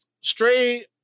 Stray